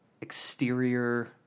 exterior